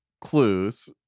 clues